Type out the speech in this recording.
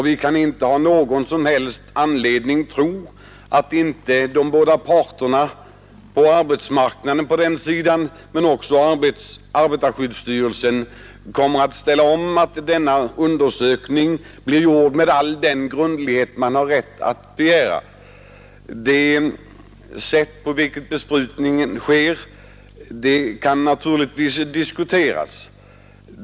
Vi kan inte ha någon som helst anledning att tro att inte de båda parterna på arbetsmarknaden liksom även arbetarskyddsstyrelsen kommer att se till att denna undersökning blir gjord med all den grundlighet man har rätt att begära. Det sätt på vilket besprutningen sker kan naturligtvis diskuteras.